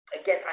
again